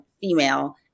female